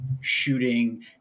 shooting